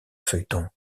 feuilleton